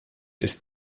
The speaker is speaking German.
ist